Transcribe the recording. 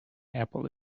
apple